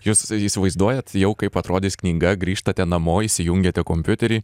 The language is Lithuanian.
jūs įsivaizduojat jau kaip atrodys knyga grįžtate namo įsijungiate kompiuterį